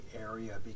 area